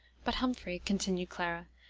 but, humphrey, continued clara,